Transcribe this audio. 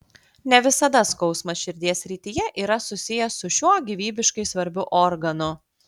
ne visada skausmas širdies srityje yra susijęs su šiuo gyvybiškai svarbiu organu